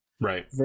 Right